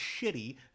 shitty